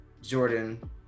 Jordan